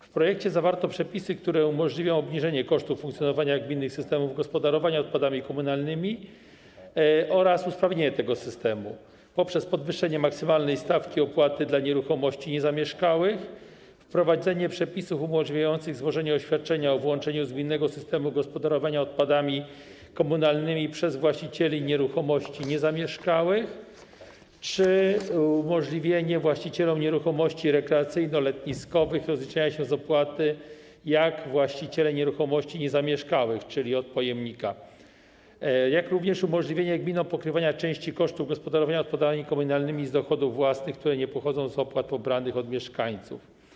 W projekcie zawarto przepisy, które umożliwią obniżenie kosztów funkcjonowania gminy i systemów gospodarowania odpadami komunalnymi oraz usprawnienie tego systemu poprzez podwyższenie maksymalnej stawki opłaty dla nieruchomości niezamieszkałych, wprowadzenie przepisów umożliwiających złożenie oświadczenia o wyłączenie z unijnego systemu gospodarowania odpadami komunalnymi przez właścicieli nieruchomości niezamieszkałych czy rozliczanie się z opłaty przez właścicieli nieruchomości rekreacyjno-letniskowych jak w przypadku właścicieli nieruchomości niezamieszkałych, czyli od pojemnika, jak również umożliwią gminom pokrywanie części kosztów gospodarowania odpadami komunalnymi z dochodów własnych, które nie pochodzą z opłat pobranych od mieszkańców.